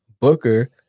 Booker